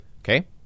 Okay